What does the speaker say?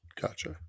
Gotcha